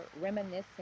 reminiscing